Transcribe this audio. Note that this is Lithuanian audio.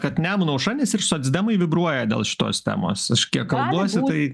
kad nemuno aušra nesir socdemai vibruoja dėl šitos temos aš kiek kalbuosi tai